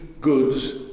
goods